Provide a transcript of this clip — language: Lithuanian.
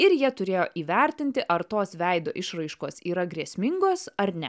ir jie turėjo įvertinti ar tos veido išraiškos yra grėsmingos ar ne